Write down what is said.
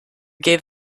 gave